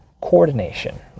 coordination